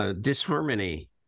Disharmony